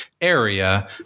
area